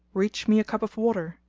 reach me a cup of water.